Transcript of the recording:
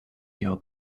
your